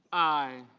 i.